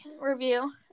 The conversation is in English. review